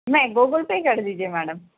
نہیں Google Pay کر دیجیے میڈم